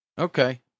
Okay